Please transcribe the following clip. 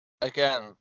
Again